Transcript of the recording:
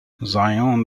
zion